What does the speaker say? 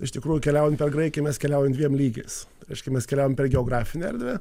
iš tikrųjų keliaujant per graikiją mes keliaujam dviem lygiais reiškia mes keliaujam per geografinę erdvę